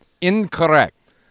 Incorrect